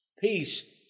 peace